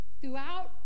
throughout